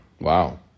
Wow